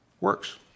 works